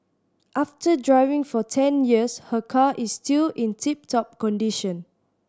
after driving for ten years her car is still in tip top condition